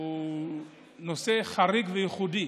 הוא נושא חריג וייחודי,